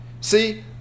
See